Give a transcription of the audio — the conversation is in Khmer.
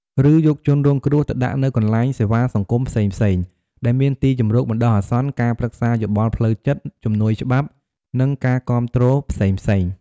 ឬយកជនរងគ្រោះទៅដាក់នៅកន្លែងសេវាសង្គមផ្សេងៗ ដែលមានទីជម្រកបណ្ដោះអាសន្ន ការប្រឹក្សាយោបល់ផ្លូវចិត្ត ជំនួយច្បាប់ និងការគាំទ្រផ្សេងៗ។